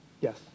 Yes